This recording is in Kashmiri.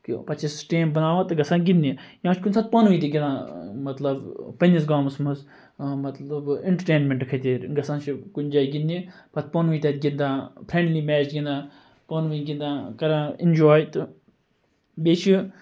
پَتہٕ چھِ أسۍ ٹیٖم بَناوان تہٕ گَژھان گِنٛدنہِ یا چھِ کُنہِ ساتہٕ پانہٕ ؤنۍ تہِ گِنٛدان مَطلَب پَننِس گامَس مَنٛز مَطلَب اِنٹَرٹینمنٹ خٲطرٕ گَژھان چھِ کُنہِ جایہِ گِنٛدنہِ پَتہٕ پانہٕ ؤنۍ تَتہِ گِنٛدان فرنڈلی میچ گِنٛدان پانہٕ ؤنۍ گِنٛدان کَران انجاے تہٕ بیٚیہِ چھ